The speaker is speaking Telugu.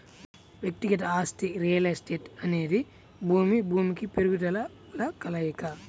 వ్యక్తిగత ఆస్తి రియల్ ఎస్టేట్అనేది భూమి, భూమికి మెరుగుదలల కలయిక